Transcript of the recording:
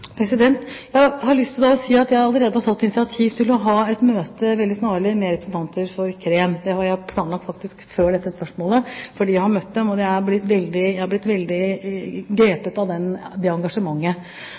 Jeg har lyst til å si at jeg allerede har tatt et initiativ til å ha et møte – veldig snarlig – med representanter for KREM. Det har jeg faktisk planlagt før dette spørsmålet, fordi jeg har møtt dem, og jeg har blitt veldig grepet av det engasjementet. Så er jeg veldig